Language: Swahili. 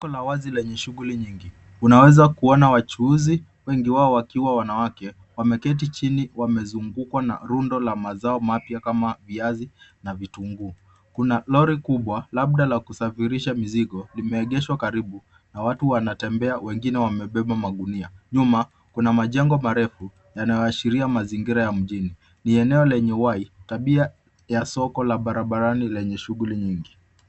Soko la wazi lenye shughuli nyingi. Unaweza kuona wachuuzi, wengi wao wakiwa wanawake, wameketi chini wamezungukwa na rundo la mazao mapya kama viazi na vitunguu. Kuna lori kubwa, labda la kusafirisha mizigo, limeegeshwa karibu na watu wanatembea , wengine wamebeba magunia. Nyuma, kuna majengo marefu yanayoashiria mazingira ya mjini. Ni eneo lenye uhai, tabia ya soko la barabarani lenye shughuli nyingi.